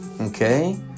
Okay